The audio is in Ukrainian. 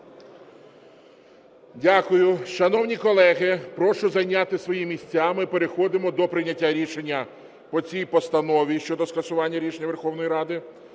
Дякую. Шановні колеги, прошу зайняти свої місця. Ми переходимо до прийняття рішення по цій постанові щодо скасування рішення Верховної Ради.